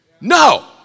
No